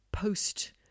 post